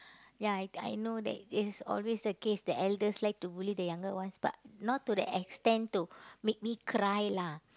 ya I I know that it's always a case that elders like to bully the younger ones but not to the extent to make me cry lah